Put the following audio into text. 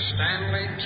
Stanley